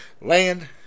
Land